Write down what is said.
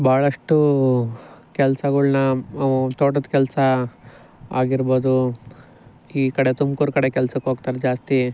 ಭಾಳಷ್ಟು ಕೆಲ್ಸಗಳ್ನ ತೋಟದ ಕೆಲಸ ಆಗಿರ್ಬೋದು ಈ ಕಡೆ ತುಮ್ಕೂರು ಕಡೆ ಕೆಲ್ಸಕ್ಕೋಗ್ತಾರೆ ಜಾಸ್ತಿ